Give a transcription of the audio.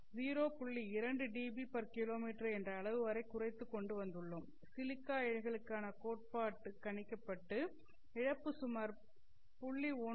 2 dB km dBKm என்ற அளவு வரை குறைத்து கொண்டு வந்துள்ளோம் சிலிக்கா இழைகளுக்கான கோட்பாட்டு கணிக்கப்பட்ட இழப்பு சுமார் 0